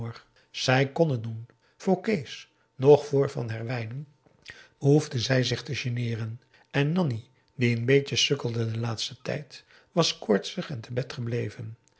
zij kon het doen voor kees noch voor van herwijnen behoefde zij zich te geneeren en nanni die n beetje sukkelde den laatsten tijd was koortsig en te bed gebleven